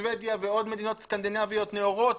שבדיה ועוד מדינות סקנדינביות נאורות